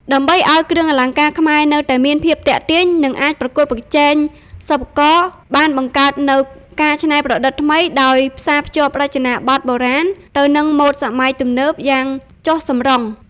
ដើម្បីឱ្យគ្រឿងអលង្ការខ្មែរនៅតែមានភាពទាក់ទាញ និងអាចប្រកួតប្រជែង សិប្បករបានបង្កើតនូវ ការច្នៃប្រឌិតថ្មី ដោយ ផ្សារភ្ជាប់រចនាបថបុរាណទៅនឹងម៉ូដសម័យទំនើប យ៉ាងចុះសម្រុង។